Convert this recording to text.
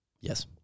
Yes